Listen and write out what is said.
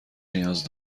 نیاز